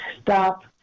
stop